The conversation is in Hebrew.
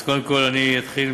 אז קודם כול, אני אתחיל,